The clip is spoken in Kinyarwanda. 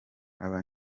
aba